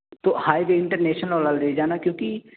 تو highway international والا لے جانا کیوں کہ